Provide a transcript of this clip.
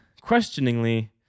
questioningly